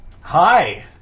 Hi